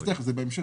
תיכף, זה בהמשך.